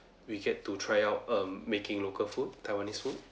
we get to try out um making local food taiwanese food